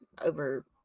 over